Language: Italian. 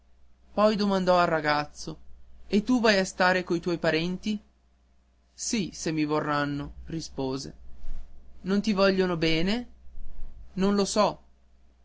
poi domandò al ragazzo e tu vai a stare coi tuoi parenti sì se mi vorranno rispose non ti vogliono bene non lo so